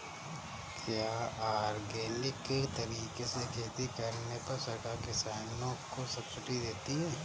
क्या ऑर्गेनिक तरीके से खेती करने पर सरकार किसानों को सब्सिडी देती है?